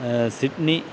Sydney